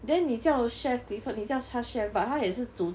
then 你叫 chef clifford 你叫他 chef but 他也是煮